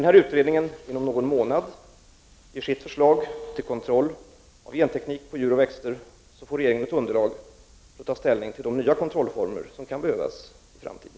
När utredningen inom någon månad ger sitt förslag till kontroll av genteknik på djur och växter får regeringen ett underlag för att ta ställning till de nya kontrollformer som kan behövas i framtiden.